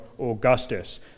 Augustus